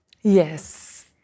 Yes